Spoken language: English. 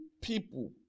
people